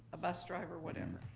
a bus driver, whatever.